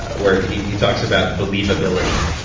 where he talks about believability.